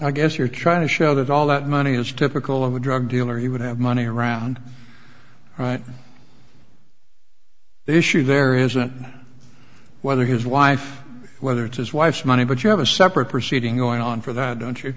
i guess you're trying to show that all that money is typical of a drug dealer he would have money around right the issue there isn't whether his wife whether it's his wife's money but you have a separate proceeding going on for that don't you